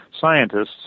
scientists